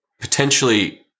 potentially